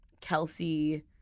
Kelsey